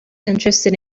interested